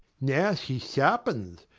now she sharpens.